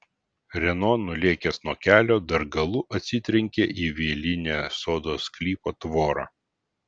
renault nulėkęs nuo kelio dar galu atsitrenkė į vielinę sodo sklypo tvorą